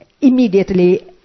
Immediately